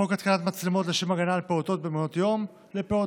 2. חוק התקנת מצלמות לשם הגנה על פעוטות במעונות יום לפעוטות,